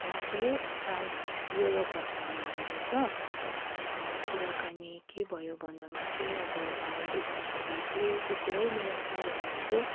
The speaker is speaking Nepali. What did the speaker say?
उहाँ चाहिँ फ्रान्स युरोपबाट हुनुहुँदो रहेछ अन्त कुराकानी के भयो भन्दामा चाहिँ अब हामी दुईजना भेटेँ ऊ पुरै मिलनसार हुनुहुन्थ्यो